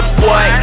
boy